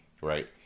Right